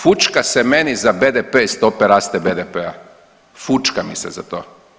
Fućka se meni za BDP i stope rasta BDP-a, fućka mi se za to.